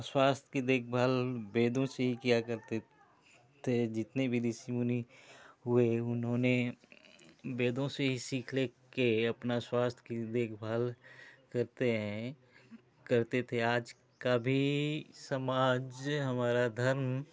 स्वास्थ्य की देखभाल वेदों से ही किया करते थे जितने भी ऋषि मुनि हुए उन्होंने वेदों से ही सीख ले के अपना स्वास्थ्य की देखभाल करते हैं करते थे आज का भी समाज हमारा धर्म